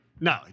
No